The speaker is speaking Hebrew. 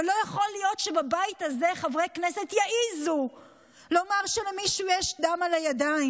לא יכול להיות שבבית הזה חברי כנסת יעזו לומר שלמישהו יש דם על הידיים.